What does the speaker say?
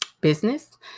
business